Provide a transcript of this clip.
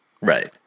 Right